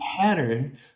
pattern